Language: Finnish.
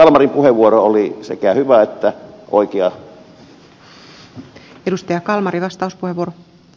kalmarin puheenvuoro oli sekä hyvä että oikea